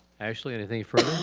actually i think